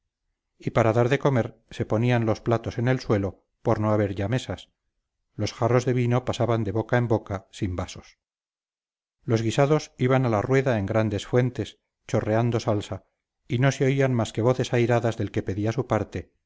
y para dar de comer se ponían los platos en el suelo por no haber ya mesas los jarros de vino pasaban de boca en boca sin vasos los guisados iban a la rueda en grandes fuentes chorreando salsa y no se oían más que voces airadas del que pedía su parte